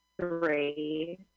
three